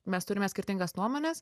mes turime skirtingas nuomones